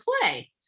play